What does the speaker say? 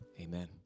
amen